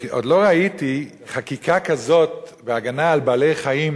עוד לא ראיתי חקיקה כזאת בהגנה על בעלי-חיים